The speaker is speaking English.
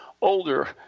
older